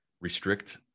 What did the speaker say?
restrict